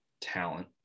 talent